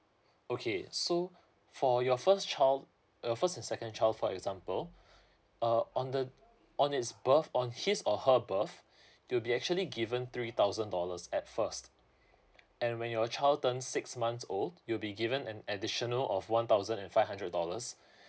okay so for your first child your first and second child for example uh on the on it's birth on his or her birth you'll be actually given three thousand dollars at first and when your child turns six months old you'll be given an additional of one thousand and five hundred dollars